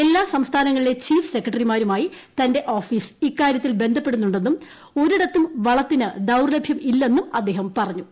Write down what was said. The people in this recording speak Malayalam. എല്ലാ സംസ്ഥാനങ്ങളിലെ ചീഫ് സെക്ട്ടറിമാരുമായി തന്റെ ഓഫീസ് ഇക്കാര്യത്തിൽ ബന്ധപ്പെട്ടൂന്നു ന്നും ഒരിടത്തും വളത്തിന് ദൌർലഭ്യം ഇല്ലെന്നു അദ്ദേഹം പറഞ്ഞു